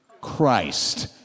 Christ